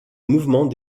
mouvement